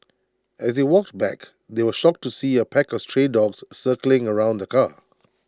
as they walked back they were shocked to see A pack of stray dogs circling around the car